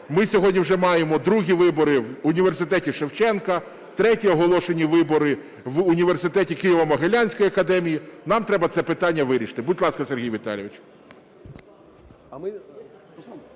ми сьогодні вже маємо другі вибори в університеті Шевченка, треті оголошені вибори в університеті "Києво-Могилянська академія". Нам треба це питання вирішити. Будь ласка, Сергій Віталійович.